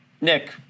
Nick